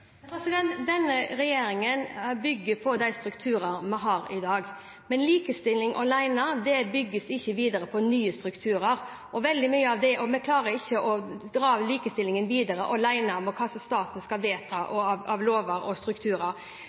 Denne regjeringen bygger på de strukturer vi har i dag, men likestilling alene bygges ikke videre på nye strukturer, og vi klarer ikke å dra likestillingen videre alene med hva staten skal vedta av lover og strukturer.